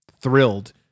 thrilled